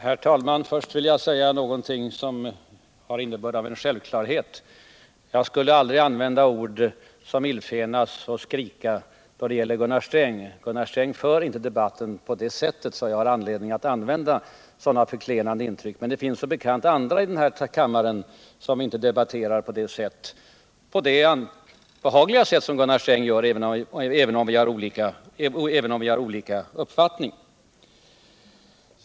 Herr talman! Först vill jag säga någonting som till innebörden är en självklarhet. Jag skulle aldrig använda ord som ”illfänas” och ”skrika” då det gäller Gunnar Sträng. Gunnar Sträng för inte debatten på ett sådant sätt att jag har anledning att använda sådana förklenande uttryck. Men det finns som bekant andra i den här kammaren som inte debatterar på det behagliga sätt som Gunnar Sträng gör — även om vi har olika uppfattningar.